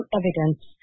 evidence